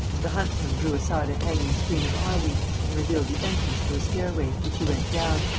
the huntsman drew aside a hanging screen of ivy and revealed the entrance to a stairway, which he went down,